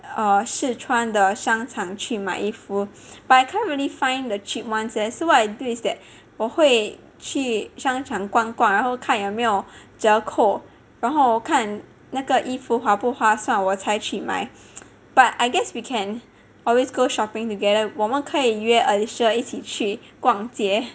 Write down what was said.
err 试穿的商场去买衣服 but I can't really find err cheap ones eh so what I do is that 我会去商场逛逛然后看有没有折扣然后看那个衣服划不划算我才去 but I guess we can always go shopping together 我们可以约 alicia 一起去逛街